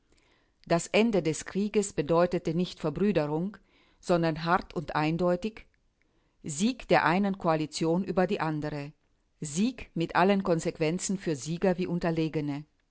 das ende des krieges bedeutete nicht verbrüderung sondern hart und eindeutig sieg der einen koalition über die andere sieg mit allen konsequenzen für sieger wie unterlegene